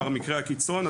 במקרה הקיצון,